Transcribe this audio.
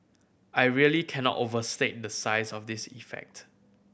I really cannot overstate the size of this effect